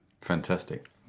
Fantastic